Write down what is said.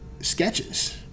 sketches